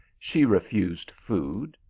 she refused food,